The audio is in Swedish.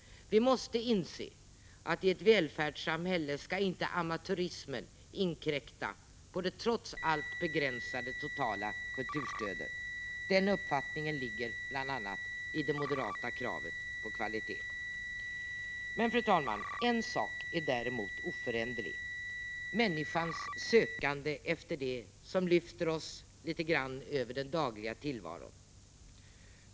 Vi måste inse att i ett välfärdssamhälle skall inte amatörismen inkräkta på det trots allt begränsade totala kulturstödet. Den uppfattningen ligger bl.a. i det moderata kravet på kvalitet. Fru talman! En sak är däremot oföränderlig: människors sökande efter det som lyfter oss litet grand över den dagliga tillvaron.